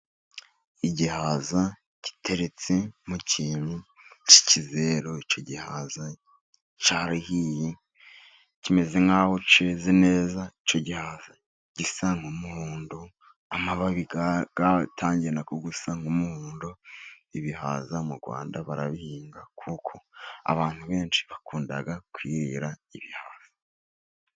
Igihaza giteretse mu kintu cy'ikizero, icyo gihaza cyarahiye kimeze nk'aho cyeze neza kuko gisa n'umuhondo, amababi atangiye gusa n'umuhondo. Ibihaza mu Rwanda barabihinga, kuko abantu benshi bakunda kwirira ibihaza.